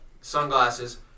sunglasses